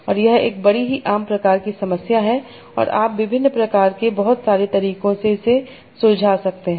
और यह एक बड़ी ही आम प्रकार की समस्या है और आप विभिन्न प्रकार के बहुत सारे तरीकों से इसे सुलझा सकते हैं